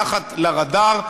מתחת לרדאר,